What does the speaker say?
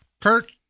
Kurt